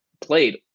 played